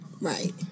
Right